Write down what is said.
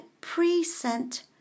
present